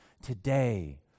today